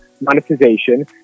monetization